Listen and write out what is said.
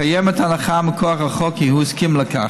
קיימת הנחה מכוח החוק שהוא הסכים לכך.